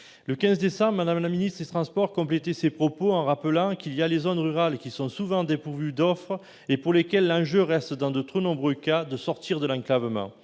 Le 15 décembre, Mme la ministre chargée des transports complétait ces propos en rappelant qu'« il y a les zones rurales qui sont souvent dépourvues d'offres et pour lesquelles l'enjeu reste dans de trop nombreux cas de sortir de l'enclavement